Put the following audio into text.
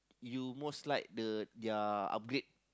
you most like the their upgrade